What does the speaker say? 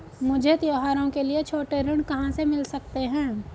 मुझे त्योहारों के लिए छोटे ऋण कहां से मिल सकते हैं?